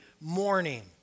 morning